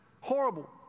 Horrible